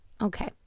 Okay